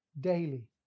daily